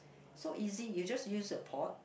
so easy you just use a pot